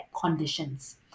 conditions